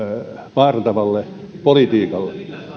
vaarantavalle politiikalle